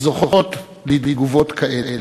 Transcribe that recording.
זוכות לתגובות כאלה?